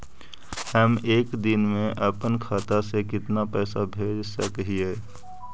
हम एक दिन में अपन खाता से कितना पैसा भेज सक हिय?